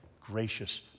gracious